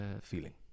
feeling